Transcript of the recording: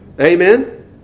Amen